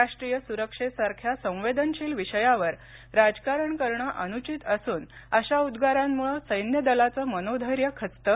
राष्ट्रीय सुरक्षेसारख्या संवेदनशील विषयावर राजकारण करणे अनुचित असून अशा उद्गरांमुळे सैन्यदलाचं मनोधैर्य खचतं